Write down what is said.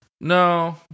no